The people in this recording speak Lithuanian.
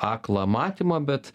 aklą matymą bet